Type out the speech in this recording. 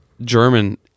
German